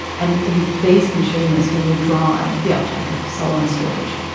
and it is these consumers who will drive the uptake of solar and storage.